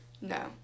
No